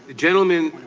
gentlemen,